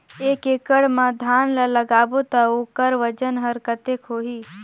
एक एकड़ मा धान ला लगाबो ता ओकर वजन हर कते होही?